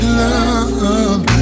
love